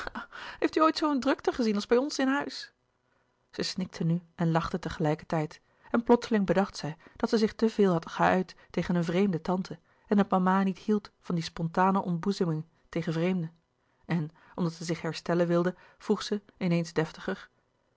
heeft u ooit zoo een drukte gezien als bij ons in huis zij snikte nu en lachte tegelijkertijd en plotseling bedacht zij dat zij zich te veel had geuit tegen een vreemde tante en dat mama niet hield van die spontane ontboezemingen louis couperus de boeken der kleine zielen tegen vreemden en omdat zij zich herstellen wilde vroeg zij in eens deftiger